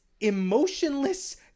emotionless